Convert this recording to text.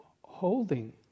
holding